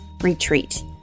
retreat